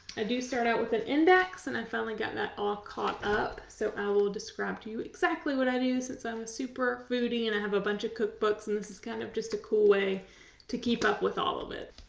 i do start out with an index and i and finally got that all caught up so i will will describe to you exactly what i do since i'm a super foodie and i have a bunch of cookbooks and this is kind of just a cool way to keep up with all of it.